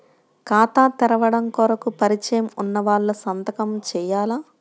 ఖాతా తెరవడం కొరకు పరిచయము వున్నవాళ్లు సంతకము చేయాలా?